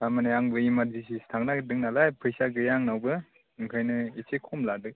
तारमाने आंबो इमारजिन्सि सो थांनो नागिरदों नालाय फैसा गैया आंनावबो बेनिखायनो एसे खम लादो